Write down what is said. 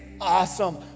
awesome